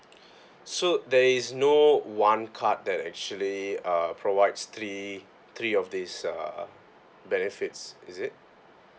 so there is no one card that actually uh provides three three of this err benefits is it